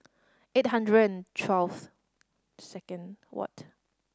eight hundred and twelve second what